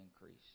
increase